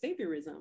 saviorism